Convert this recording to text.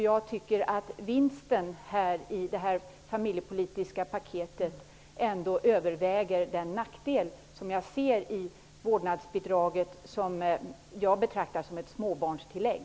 Jag tycker att vinsten i det familjepolitiska paketet ändå överväger den nackdel som jag ser i vårdnadsbidraget, som jag betraktar som ett småbarnstillägg.